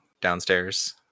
downstairs